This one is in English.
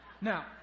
Now